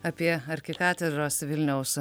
apie arkikatedros vilniaus